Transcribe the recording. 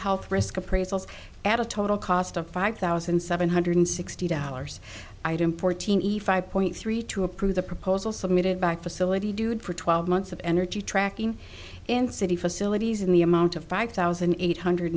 health risk appraisals add a total cost of five thousand seven hundred sixty dollars item fourteen eat five point three two approve the proposal submitted by facility dude for twelve months of energy tracking and city facilities in the amount of five thousand eight hundred